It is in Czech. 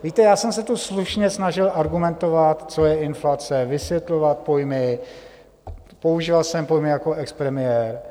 Víte, já jsem se tu slušně snažil argumentovat, co je inflace, vysvětlovat pojmy, používal jsem pojmy jako expremiér.